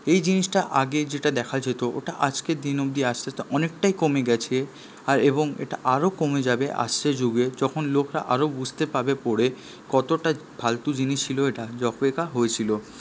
এই জিনিসটা আগে যেটা দেখা যেতো ওটা আজকের দিন অবধি আস্তে আস্তে অনেকটাই কমে গেছে আর এবং এটা আরও কমে যাবে আসছে যুগে যখন লোকরা আরও বুঝতে পাবে পড়ে কতটা ফালতু জিনিস ছিলো এটা যবে এটা হয়েছিলো